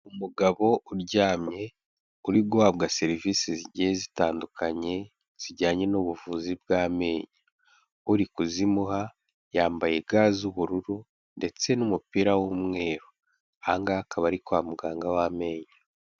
Umugabo uryamye uri guhabwa serivisi zigiye zitandukanye zijyanye n'ubuvuzi bw'amenyo, uri kuzimuha yambaye ga z'ubururu ndetse n'umupira w'umweru aha ngaha akaba ari kwa muganga w'amenyo.